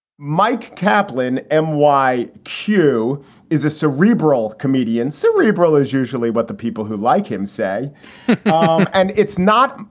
mike kaplin m y. q is a cerebral comedian, cerebral is usually what the people who like him say um and it's not.